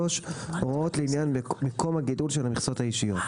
הוראות לעניין מקום הגידול של המכסות האישיות.